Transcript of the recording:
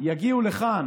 יגיעו לכאן